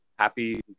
happy